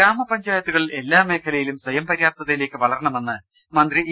ഗ്രാമപഞ്ചായത്തുകൾ എല്ലാ മേഖലയിലും സ്ഥയം പര്യാപ്തതയിലേക്ക് വളരണമെന്ന് മന്ത്രി ഇ